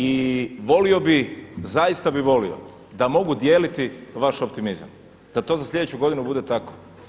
I volio bih zaista bi volio da mogu dijeliti vaš optimizam, da to za sljedeću godinu bude tako.